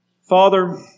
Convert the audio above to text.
Father